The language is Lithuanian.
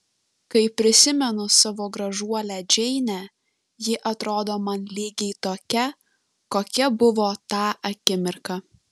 kai prisimenu savo gražuolę džeinę ji atrodo man lygiai tokia kokia buvo tą akimirką